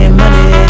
money